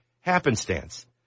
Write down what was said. happenstance